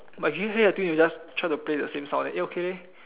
but I think you just try to play the same song I think okay leh